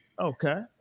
Okay